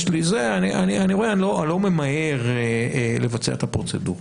אני לא ממהר לבצע את הפרוצדורה.